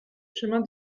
chemin